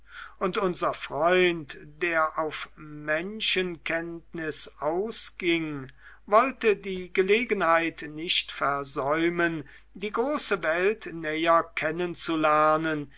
und unser freund der auf menschenkenntnis ausging wollte die gelegenheit nicht versäumen die große welt